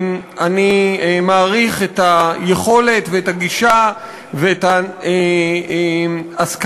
אני מעריך את היכולת ואת הגישה ואת ההסכמה